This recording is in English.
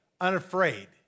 Unafraid